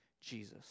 Jesus